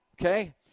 okay